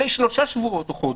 אחרי שלושה שבועות או חודש,